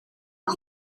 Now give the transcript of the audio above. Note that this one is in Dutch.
een